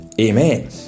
Amen